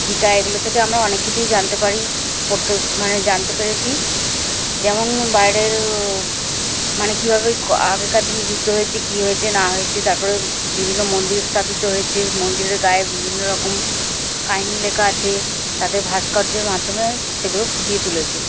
গীতা এগুলো থেকে আমরা অনেক কিছুই জানতে পারি পড়তে মানে জানতে পেরেছি যেমন বাইরের মানে কীভাবে আগেকার দিনে যুদ্ধ হয়েছে কী হয়েছে না হয়েছে তারপরে বিভিন্ন মন্দির স্থাপিত হয়েছে মন্দিরের গায়ে বিভিন্ন রকম কাহিনি লেখা আছে তাদের ভাস্কর্যের মাধ্যমে সেগুলো ফুটিয়ে তুলেছে